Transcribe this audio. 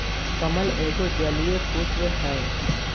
कमल एगो जलीय पुष्प हइ